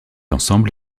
ensemble